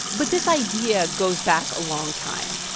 but this idea goes back a long time.